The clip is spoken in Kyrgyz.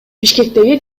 бишкектеги